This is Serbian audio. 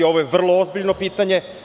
Ovo je vrlo ozbiljno pitanje.